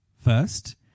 first